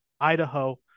Idaho